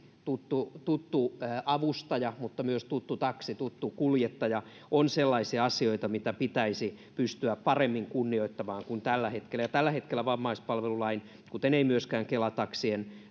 tuttu tuttu avustaja mutta myös tuttu taksi tuttu kuljettaja ovat sellaisia asioita joita pitäisi pystyä kunnioittamaan paremmin kuin tällä hetkellä tällä hetkellä eivät vammaispalvelulain kuten eivät myöskään kela taksien